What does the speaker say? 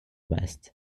west